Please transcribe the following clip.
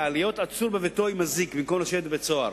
להיות עצור בביתו עם אזיק במקום לשבת בבית-סוהר,